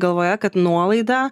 galvoje kad nuolaida